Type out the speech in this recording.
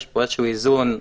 יש פה איזשהו איזון,